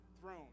throne